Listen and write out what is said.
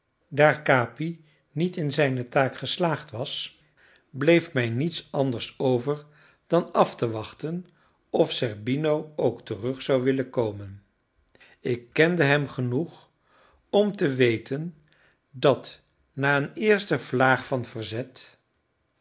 daar capi niet in zijne taak geslaagd was bleef mij niets anders over dan af te wachten of zerbino ook terug zou willen komen ik kende hem genoeg om te weten dat na een eerste vlaag van verzet